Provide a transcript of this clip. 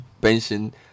pension